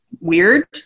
weird